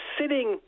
sitting